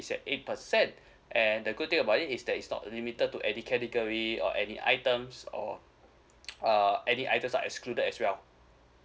is at eight percent and the good thing about it is that is not limited to any category or any items or uh any items are excluded as well